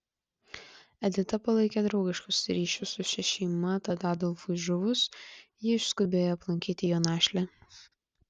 edita palaikė draugiškus ryšius su šia šeima tad adolfui žuvus ji išskubėjo aplankyti jo našlę